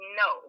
no